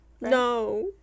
No